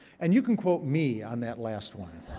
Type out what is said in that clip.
and you can quote me on that last one.